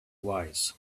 wise